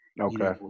okay